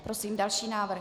Prosím další návrh.